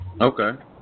Okay